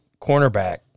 cornerback